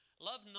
Love